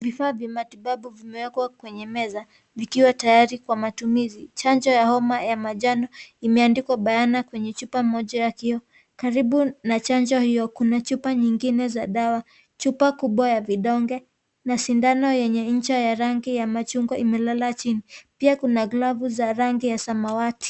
Vifaa vya matibabu vimewekwa kwenye meza, vikiwa tayari kwa matumizi, chanjo ya homa ya manjano, imeandikwa bayana kwa michupa moja ya kioo, karibu na chanjo hio kuna chupa nyingine za dawa, chupa kubwa ya vidonge, na shindano yenye ncha ya rangi ya machungwa imelala chini, pia kuna glavu za rangi ya samawati.